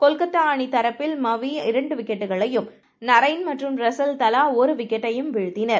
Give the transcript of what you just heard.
கொல்கத்தாஅணிதரப்பில்மவி உ விக்கெட்டுகளையும் நரைன்மற்றும்ரஸல்தலாஒருவிக்கெட்டையும்வீழ்த்தினர்